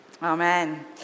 Amen